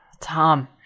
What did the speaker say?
Tom